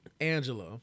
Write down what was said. Angela